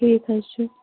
ٹھیٖک حظ چھُ